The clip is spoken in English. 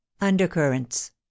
undercurrents